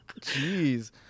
Jeez